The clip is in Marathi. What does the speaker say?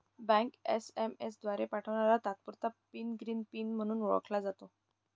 बँक एस.एम.एस द्वारे पाठवणारा तात्पुरता पिन ग्रीन पिन म्हणूनही ओळखला जातो